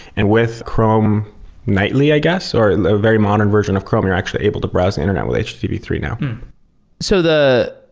and with chrome nightly, i guess, or a very modern version of chrome, you're actually able to browse the internet with http three now so the